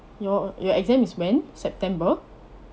your your exam is when september